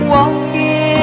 Walking